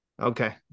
Okay